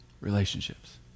relationships